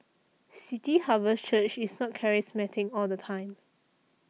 City Harvest Church is not charismatic all the time